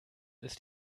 ist